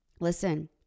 Listen